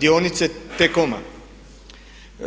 dionice T Com-a.